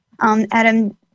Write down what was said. Adam